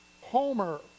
Homer